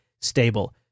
stable